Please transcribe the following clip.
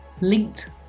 linked